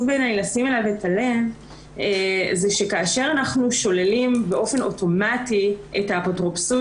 בעיניי לשים לו לב הוא שכאשר אנחנו שוללים באופן אוטומטי את האפוטרופסות